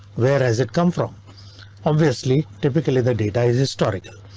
whereas it come from obviously typically the data is historical.